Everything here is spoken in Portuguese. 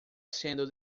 sendo